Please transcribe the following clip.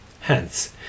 Hence